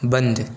बंद